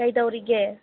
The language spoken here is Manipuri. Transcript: ꯀꯩꯇꯧꯔꯤꯒꯦ